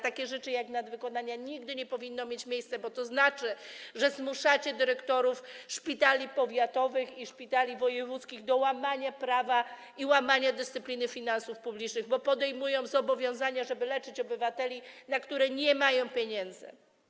Takie rzeczy, jak nadwykonania, nigdy nie powinny mieć miejsca, bo to znaczy, że zmuszacie dyrektorów szpitali powiatowych i szpitali wojewódzkich do łamania prawa, łamania dyscypliny finansów publicznych, jako że podejmują zobowiązania, żeby leczyć obywateli, na które nie mają pieniędzy.